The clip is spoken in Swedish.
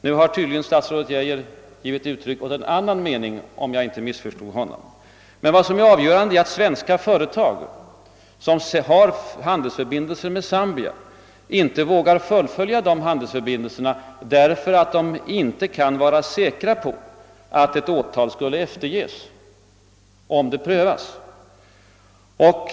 Nu gav tydligen statsrådet Geijer uttryck åt en annan mening, om jag inte missförstod honom. Vad som är avgörande är att svenska företag som har handelsförbindelser med Zambia inte vågar fullfölja de handelsförbindelserna därför att de inte kan vara säkra på att ett åtal skulle efterges.